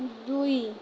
ଦୁଇ